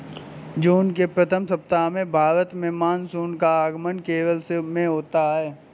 जून के प्रथम सप्ताह में भारत में मानसून का आगमन केरल में होता है